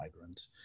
migrants